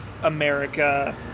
America